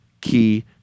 key